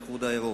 האיחוד האירופי.